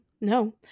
no